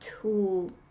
tool